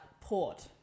Port